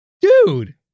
Dude